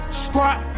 squat